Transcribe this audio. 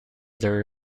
there